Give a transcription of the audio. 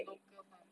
local farm